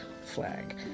flag